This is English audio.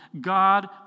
God